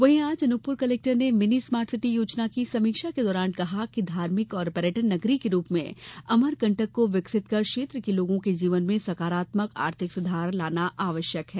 वहीं आज अनूपपुर कलेक्टर ने मिनी स्मार्टसिटी योजना की समीक्षा के दौरान कहा कि धार्मिक और पर्यटन नगरी के रूप में अमरकंटक को विकसित कर क्षेत्र के लोगों के जीवन में सकारात्मक आर्थिक सुधार लाना आवश्यक है